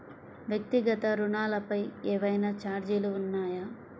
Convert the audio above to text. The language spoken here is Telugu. వ్యక్తిగత ఋణాలపై ఏవైనా ఛార్జీలు ఉన్నాయా?